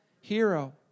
hero